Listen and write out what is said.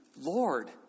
Lord